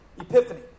Epiphany